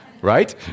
Right